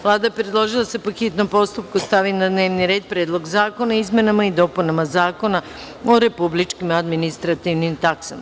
Vlada je predložila da se po hitnom postupku stavi na dnevni red - Predlog zakona o izmenama i dopunama Zakona o republičkim administrativnim taksama.